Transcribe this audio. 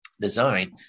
design